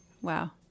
wow